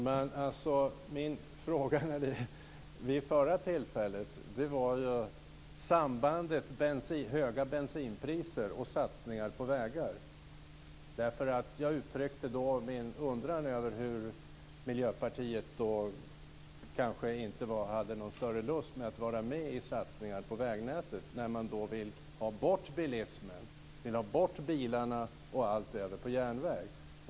Herr talman! Min fråga vid det förra tillfället handlade om sambandet mellan höga bensinpriser och satsningar på vägar. Jag uttryckte då min undran över om Miljöpartiet kanske inte hade någon större lust att vara med och satsa på vägnätet när man vill ha bort bilismen, vill ha bort bilarna och föra över allt till järnväg.